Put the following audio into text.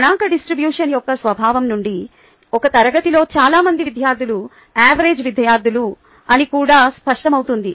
గణాంక డిస్ట్రిబ్యూషన్ యొక్క స్వభావం నుండి ఒక తరగతిలో చాలా మంది విద్యార్థులు ఆవెరేజ్ విద్యార్థులు అని కూడా స్పష్టమవుతుంది